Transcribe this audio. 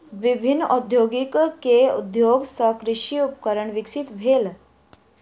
विभिन्न प्रौद्योगिकी के उपयोग सॅ कृषि उपकरण विकसित भेल